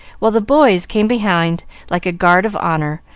while the boys came behind like a guard of honor,